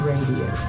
Radio